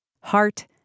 heart